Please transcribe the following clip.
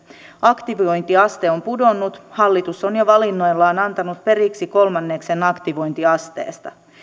aktivointiaste on pudonnut hallitus on jo valinnoillaan antanut periksi kolmanneksen aktivointiasteesta